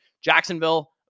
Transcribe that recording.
jacksonville